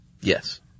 Yes